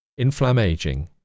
Inflammaging